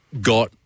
got